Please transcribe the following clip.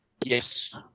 Yes